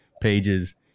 pages